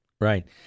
Right